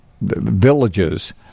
villages